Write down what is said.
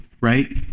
right